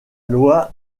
loi